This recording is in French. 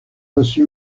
reçu